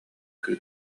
кыыс